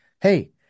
hey